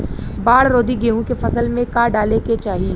बाढ़ रोधी गेहूँ के फसल में का डाले के चाही?